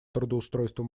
трудоустройства